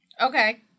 Okay